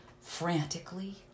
frantically